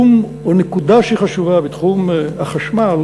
נקודה חשובה בתחום החשמל